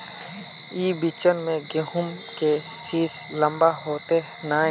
ई बिचन में गहुम के सीस लम्बा होते नय?